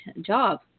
job